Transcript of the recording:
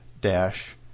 dash